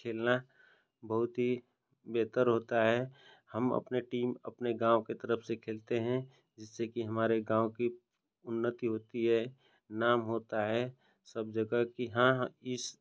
खेलना बहुत ही बेहतर होता है हम अपने टीम अपने गाँव की तरफ़ से खेलते हैं जिससे कि हमारे गाँव की उन्नति होती है नाम होता है सब जगह कि हाँ इस